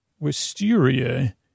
Wisteria